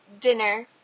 dinner